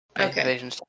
Okay